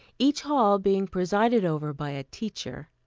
each hall being presided over by a teacher.